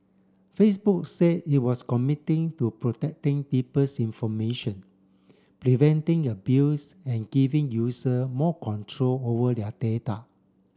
Facebook say it was committing to protecting people's information preventing abuse and giving user more control over their data